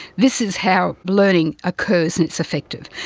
this is how learning occurs and it's effective.